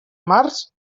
març